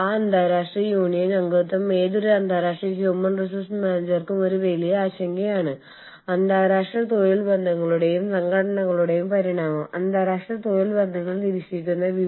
കൂടാതെ ഒരു human resource person എന്ന നിലയിൽ വ്യവസായത്തിനുള്ളിൽ നിങ്ങൾ ഫേം X നോട് ചേർന്ന് പ്രവർത്തിക്കുന്നുണ്ടെങ്കിൽ Y യിൽ എന്താണ് സംഭവിക്കുന്നതെന്ന് നിങ്ങൾ അറിയേണ്ടതുണ്ട്